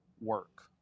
work